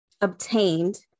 obtained